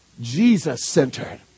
Jesus-centered